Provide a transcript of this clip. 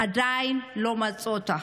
ועדיין לא מצאו אותה.